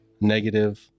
negative